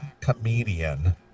comedian